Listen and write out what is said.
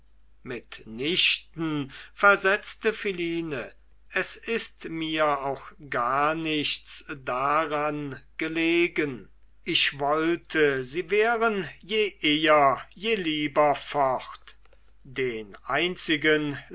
mit nichten versetzte philine es ist mir auch gar nichts daran gelegen ich wollte sie wären je eher je lieber fort den einzigen